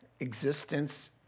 Existence